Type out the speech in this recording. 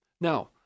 now